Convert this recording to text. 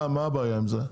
מה הבעיה עם זה?